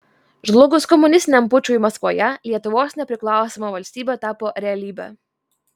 žlugus komunistiniam pučui maskvoje lietuvos nepriklausoma valstybė tapo realybe